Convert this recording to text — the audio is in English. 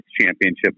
championship